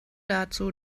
dazu